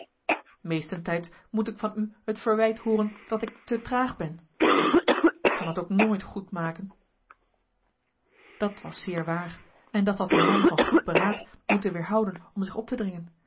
meestentijds moet ik van u het verwijt hooren dat ik te traag ben ik kan t ook nooit goed maken dat was zeer waar en dat had een man van goed beraad moeten weêrhouden om zich op te dringen